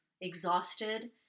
exhausted